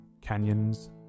canyons